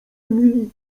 emilii